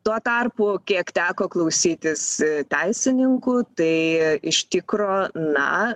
tuo tarpu kiek teko klausytis teisininkų tai iš tikro na